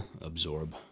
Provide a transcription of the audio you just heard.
absorb